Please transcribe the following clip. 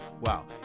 Wow